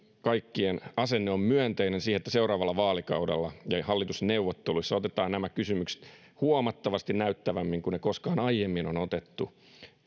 kaikkien asenne on myönteinen siihen että seuraavalla vaalikaudella ja hallitusneuvotteluissa otetaan nämä kysymykset eri yhteyksissä esiin huomattavasti näyttävämmin kuin ne koskaan aiemmin on otettu